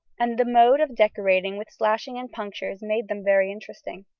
and the mode of decorating with slashing and punctures made them very interesting.